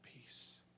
peace